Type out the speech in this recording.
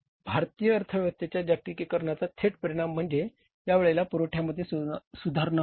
भारतीय अर्थव्यवस्थेच्या जागतिकीकरणाचा थेट परिणाम म्हणजे या वेळेला पुरवठ्यामध्ये सुधारणा होत आहे